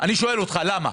אני שואל אותך, למה?